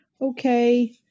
Okay